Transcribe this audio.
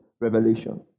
revelation